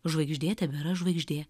žvaigždė tebėra žvaigždė